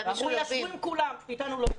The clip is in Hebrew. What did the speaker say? אמרו לי שישבו עם כולם אבל אתנו לא ישבו.